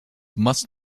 must